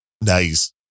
Nice